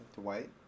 Dwight